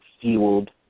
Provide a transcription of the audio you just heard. fueled